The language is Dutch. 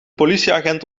politieagent